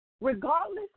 Regardless